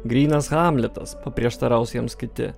grynas hamletas paprieštaraus jiems kiti